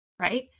right